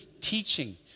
Teaching